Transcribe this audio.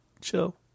chill